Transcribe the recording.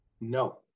No